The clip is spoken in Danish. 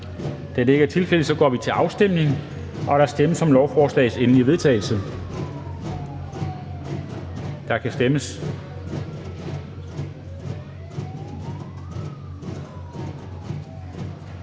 er der ikke. Så går vi til afstemning, og der stemmes om lovforslagets endelige vedtagelse, eller er